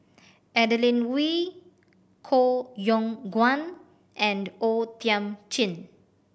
Adeline Ooi Koh Yong Guan and O Thiam Chin